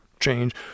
change